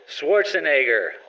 Schwarzenegger